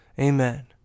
Amen